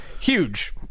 huge